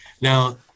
Now